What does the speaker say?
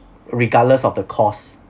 regardless of the course